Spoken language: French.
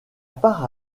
par